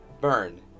Burn